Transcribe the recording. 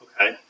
Okay